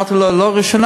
ואמרתי לו: לא בראשונה,